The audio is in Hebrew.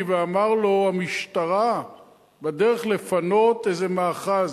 ואמר לו שהמשטרה בדרך לפנות איזה מאחז.